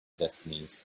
destinies